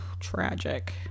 tragic